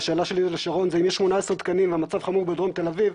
והשאלה שלי לשרון זה עם יש 18 תקנים והמצב חמור בדרום תל אביב,